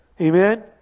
Amen